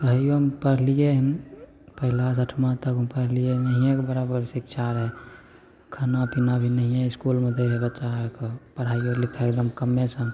कहिओ हम पढ़लिए हँ पहिलासे अठमा तक हम पढ़लिए नहिएके बराबर शिक्षा रहै खाना पीना भी नहिए इसकुलमे दै रहै बच्चा आरके पढ़ाइओ लिखाइओ एकदम कम्मे सम आओर